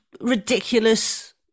ridiculous